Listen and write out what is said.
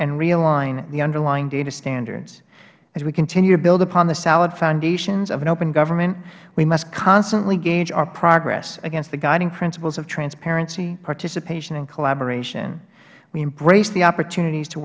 and realign the underlying data standards as we continue to build upon the solid foundations of an open government we must constantly gauge our progress against the guiding principles of transparency participation and collaboration we embrace the opportunities to